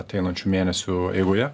ateinančių mėnesių eigoje